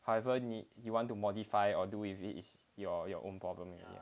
however you want to modify or do if it is your your own problem